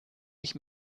ich